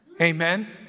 Amen